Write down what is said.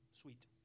Sweet